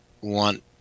want